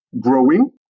growing